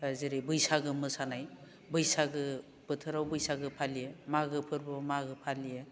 जेरै बैसागो मोसानाय बैसागो बोथोराव बैसागो फालियो मागो फोरबोआव मागो फालियो